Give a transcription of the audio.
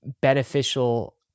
beneficial